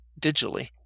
digitally